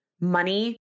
money